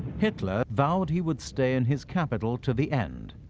hitler vowed he would stay in his capital to the end.